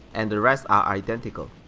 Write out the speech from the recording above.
and rest are identical.